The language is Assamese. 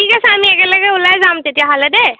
ঠিক আছে আমি একেলগে ওলাই যাম তেতিয়া হ'লে দেই